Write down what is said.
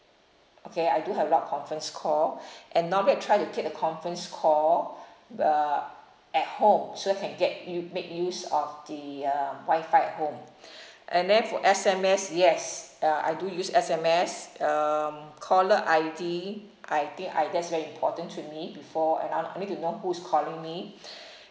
okay I do have a lot of conference call and normally I try to keep the conference call b~ uh at home so I can get u~ make use of the um wi-fi at home and then for S_M_S yes uh I do use S_M_S um caller I_D I think I that's very important to me before you know I need to know who is calling me